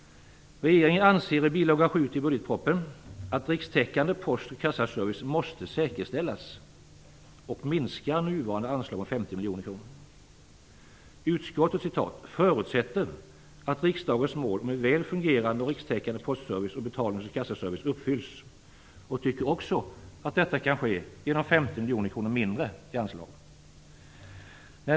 Regeringen anser i bil. 7 till budgetpropositionen att "rikstäckande post och kassaservice måste säkerställas" och minskar nuvarande anslag med Utskottet förutsätter att riksdagens mål om en väl fungerande och rikstäckande postservice och betalnings och kassaservice uppfylls och tycker också att detta kan ske genom 50 miljoner kronor mindre i anslag.